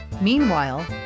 Meanwhile